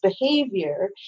behavior